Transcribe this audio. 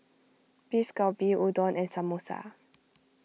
Beef Galbi Udon and Samosa